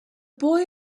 boy